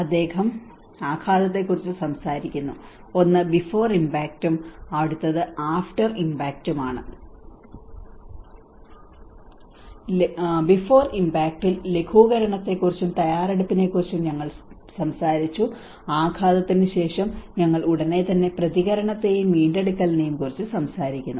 അദ്ദേഹം ആഘാതത്തെക്കുറിച്ച് സംസാരിക്കുന്നു ഒന്ന് ബിഫോർ ഇമ്പാക്റ്റും അടുത്തത് ആഫ്റ്റർ ഇമ്പാക്റ്റുമാണ് ബിഫോർ ഇമ്പാക്റ്റിൽ ലഘൂകരണത്തെക്കുറിച്ചും തയ്യാറെടുപ്പിനെക്കുറിച്ചും ഞങ്ങൾ സംസാരിച്ചു ആഘാതത്തിന് ശേഷം ഞങ്ങൾ ഉടൻ തന്നെ പ്രതികരണത്തെയും വീണ്ടെടുക്കലിനെയും കുറിച്ച് സംസാരിക്കുന്നു